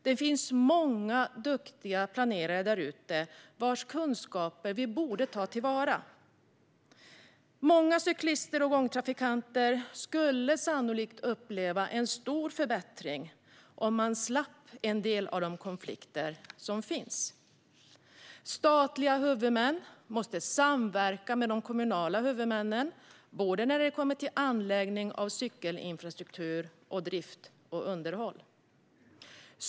Det finns många duktiga planerare där ute vars kunskaper vi borde ta till vara. Många cyklister och gångtrafikanter skulle sannolikt uppleva en stor förbättring om de slapp en del av de konflikter som finns. Statliga huvudmän måste samverka med de kommunala huvudmännen både när det kommer till anläggning av cykelinfrastruktur och när det kommer till drift och underhåll.